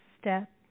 step